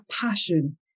passion